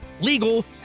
legal